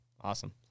Awesome